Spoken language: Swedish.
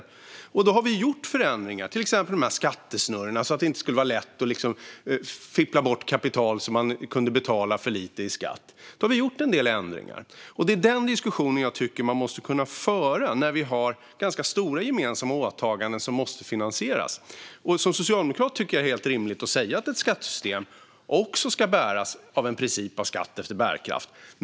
Vi har gjort förändringar, till exempel de här skattesnurrorna, så att det inte ska vara lätt att fippla bort kapital och betala för lite i skatt. Vi har alltså gjort en del ändringar. Det är den diskussionen jag tycker att man måste kunna föra när vi har ganska stora gemensamma åtaganden som måste finansieras. Som socialdemokrat tycker jag att det är helt rimligt att säga att ett skattesystem också ska bäras av en princip om skatt efter bärkraft.